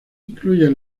incluyen